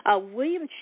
William